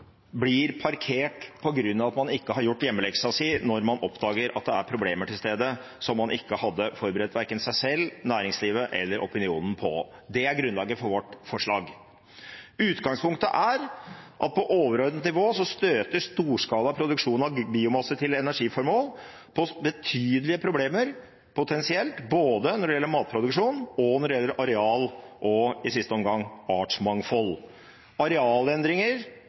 blir parkert på grunn av at man ikke har gjort hjemmeleksa si når man oppdager at det er problemer til stede som man ikke hadde forberedt verken seg selv, næringslivet eller opinionen på. Det er grunnlaget for vårt forslag. Utgangspunktet er at på overordnet nivå støter storskala produksjon av biomasse til energiformål på betydelige problemer – potensielt – både når det gjelder matproduksjon, når det gjelder areal, og i siste omgang – artsmangfold. Arealendringer